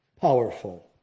powerful